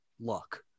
luck